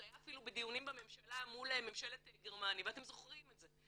זה היה אפילו בדיונים בממשלה מול ממשלת גרמניה ואתם זוכרים את זה.